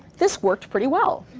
this worked pretty well.